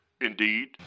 Indeed